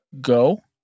go